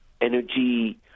energy